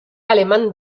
alemán